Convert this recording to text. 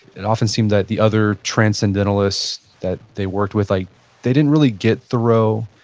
it often seemed that the other transcendentalists that they worked with, like they didn't really get thoreau.